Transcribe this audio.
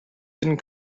hidden